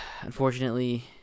unfortunately